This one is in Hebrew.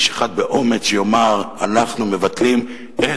איש אחד שבאומץ יאמר: אנחנו מבטלים את